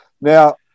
Now